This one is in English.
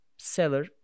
seller